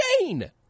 insane